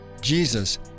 Jesus